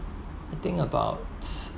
I think about